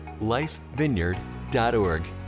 Lifevineyard.org